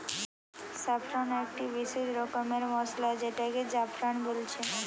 saffron একটি বিসেস রকমের মসলা যেটাকে জাফরান বলছে